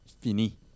fini